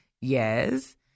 yes